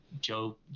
Joe